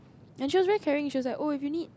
and she was very caring she was like oh if you need